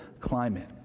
climate